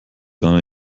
gar